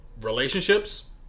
Relationships